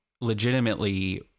legitimately